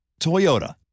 Toyota